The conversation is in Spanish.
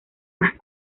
más